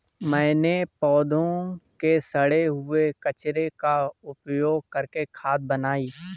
मैंने पौधों के सड़े हुए कचरे का उपयोग करके खाद बनाई